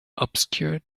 obscured